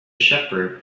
shepherd